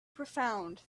profound